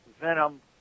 Venom